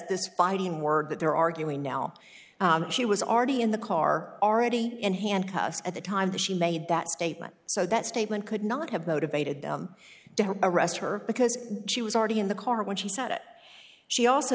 this fighting word that they're arguing now she was already in the car already in handcuffs at the time that she made that statement so that statement could not have motivated them to her arrest her because she was already in the car when she s